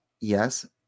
yes